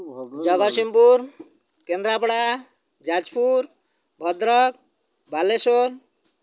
Jagatsinghpur Kendrapara Jajpur Bhadrak Balasore